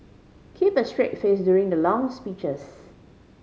keep a straight face during the long speeches